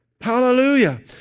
Hallelujah